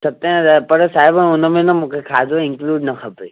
सते हज़ार पर साहिबु हुनमें न मूंखे खाधो इंक्लूड न खपे